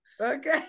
Okay